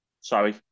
Sorry